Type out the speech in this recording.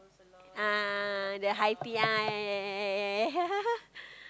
ah ah ah the high tea ah ya ya ya ya ya